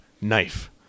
Knife